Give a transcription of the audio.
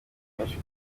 menshi